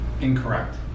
Incorrect